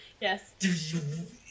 Yes